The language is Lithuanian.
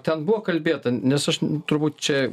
ten buvo kalbėta nes aš turbūt čia